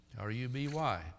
R-U-B-Y